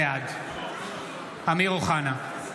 בעד אמיר אוחנה,